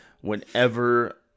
whenever